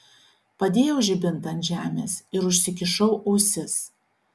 padėjau žibintą ant žemės ir užsikišau ausis